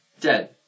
dead